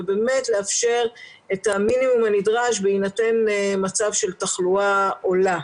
ולאפשר את המינימום הנדרש בהינתן מצב של תחלואה עולה.